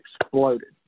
exploded